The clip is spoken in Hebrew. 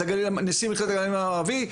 אז נשיא מכללת הגליל המערבי,